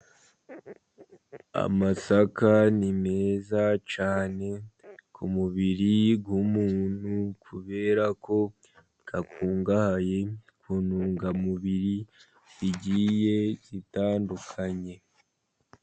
Amasaka ni meza cyane ku mubiri w'umuntu, kubera ko akungahaye ku ntungamubiri zigiye zitandukanye.